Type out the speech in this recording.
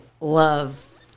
love